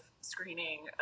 screening